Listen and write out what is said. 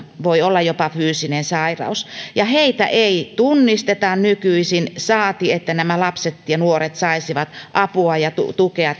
voi olla jopa fyysinen sairaus ja heitä ei tunnisteta nykyisin saati että nämä lapset ja nuoret saisivat apua ja tukea